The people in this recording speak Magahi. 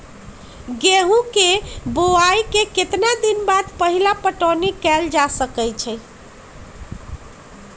गेंहू के बोआई के केतना दिन बाद पहिला पटौनी कैल जा सकैछि?